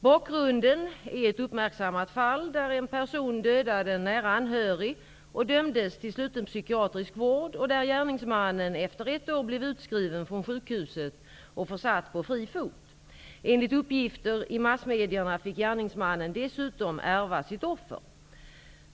Bakgrunden är ett uppmärksammat fall där en person dödade en nära anhörig och dömdes till sluten psykiatrisk vård och där gärningsmannen efter ett år blev utskriven från sjukhuset och försatt på fri fot. Enligt uppgifter i massmedierna fick gärningsmannen dessutom ärva sitt offer.